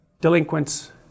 delinquents